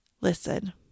listen